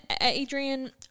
Adrian